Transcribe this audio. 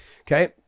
Okay